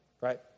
Right